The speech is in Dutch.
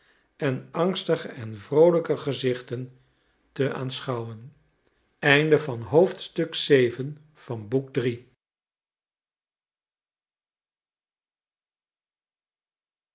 en angstige en vroolijke gezichten te aanschouwen